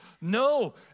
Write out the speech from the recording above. no